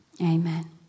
Amen